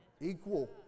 Equal